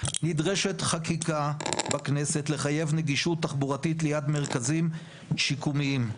נדרשת חקיקה בכנסת לחייב נגישות תחבורתית ליד מרכזים שיקומיים,